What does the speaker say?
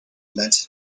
meant